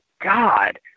God